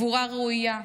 גבורה ראויה,